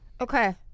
Okay